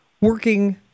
working